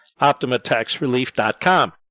OptimaTaxRelief.com